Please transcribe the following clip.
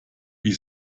wie